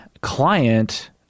client